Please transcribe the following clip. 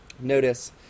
notice